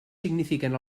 signifiquen